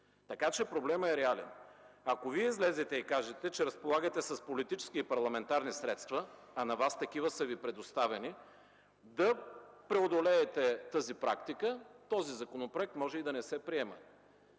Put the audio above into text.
Така че проблемът е реален. Ако Вие излезете и кажете, че разполагате с политически и парламентарни средства, а на Вас такива са Ви предоставени, да преодолеете тази практика, този законопроект може и да не се приеме.